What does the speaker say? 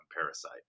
Parasite